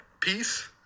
peace